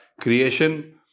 creation